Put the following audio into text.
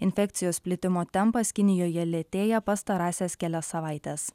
infekcijos plitimo tempas kinijoje lėtėja pastarąsias kelias savaites